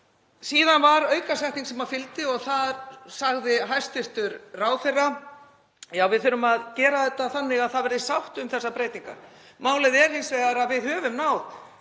síðan var aukasetning sem fylgdi og þar sagði hæstv. ráðherra: Ja, við þurfum að gera þetta þannig að það verði sátt um þessar breytingar. Málið er hins vegar að við höfum náð